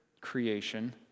creation